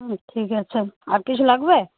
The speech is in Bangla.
হুম ঠিক আছে আর কিছু লাগবে